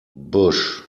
bush